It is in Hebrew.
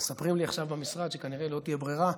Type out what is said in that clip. מספרים לי עכשיו במשרד שכנראה לא תהיה ברירה.